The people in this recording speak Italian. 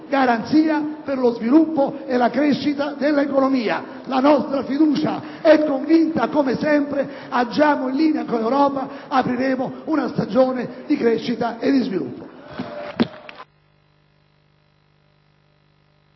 garanzia per lo sviluppo e la crescita dell'economia. La nostra fiducia è convinta. Come sempre, agiamo in linea con l'Europa. Apriremo una stagione di crescita e di sviluppo.